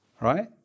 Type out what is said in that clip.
right